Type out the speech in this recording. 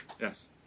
Yes